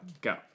Go